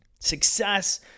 Success